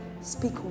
Speak